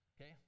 okay